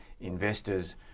investors